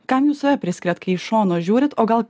kam jūs save priskiriat kai iš šono žiūrit o gal